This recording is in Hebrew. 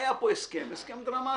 פה הסכם דרמטי.